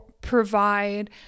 provide